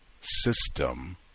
system